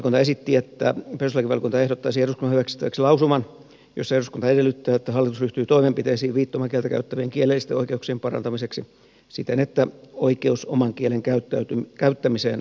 sivistysvaliokunta esitti että perustuslakivaliokunta ehdottaisi eduskunnan hyväksyttäväksi lausuman jossa eduskunta edellyttää että hallitus ryhtyy toimenpiteisiin viittomakieltä käyttävien kielellisten oikeuksien parantamiseksi siten että oikeus oman kielen käyttämiseen varmistetaan